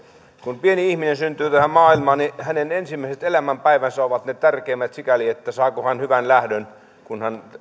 kun pieni ihminen syntyy tähän maailmaan hänen ensimmäiset elämänpäivänsä ovat ne tärkeimmät sikäli että saako hän hyvän lähdön kun hän